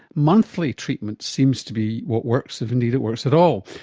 monthly treatment seems to be what works, if indeed it works at all.